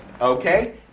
Okay